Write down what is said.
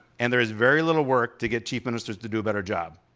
and there is very little work to get chief ministers to do better job.